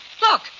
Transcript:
Look